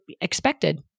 expected